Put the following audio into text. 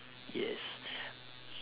yes